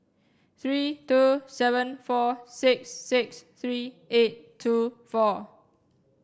three two seven four six six three eight two four